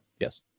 Yes